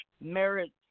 merit